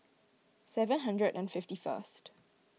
seven hundred and fifty first